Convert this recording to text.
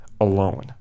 alone